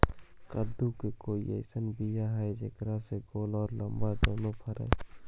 कददु के कोइ बियाह अइसन है कि जेकरा में गोल औ लमबा दोनो फरे?